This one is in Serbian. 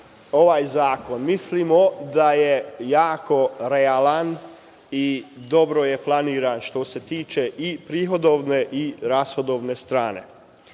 ovaj zakon? Mislimo da je jako realan i dobro je planiran, što se tiče i prihodovne i rashodovane strane.